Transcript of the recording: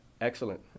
Excellent